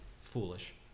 foolish